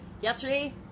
yesterday